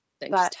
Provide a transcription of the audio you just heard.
Thanks